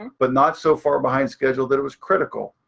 but not so far behind schedule that it was critical,